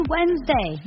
Wednesday